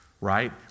right